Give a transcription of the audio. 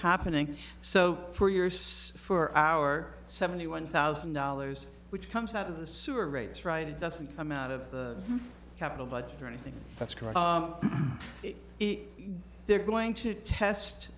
happening so for years for our seventy one thousand dollars which comes out of the sewer rates right it doesn't come out of the capital budget or anything that's correct they're going to test